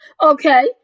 Okay